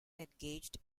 engaged